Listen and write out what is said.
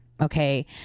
okay